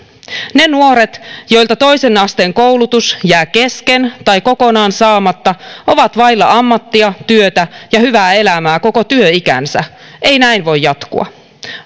ne nuoret joilta toisen asteen koulutus jää kesken tai kokonaan saamatta ovat vailla ammattia työtä ja hyvää elämää koko työikänsä ei näin voi jatkua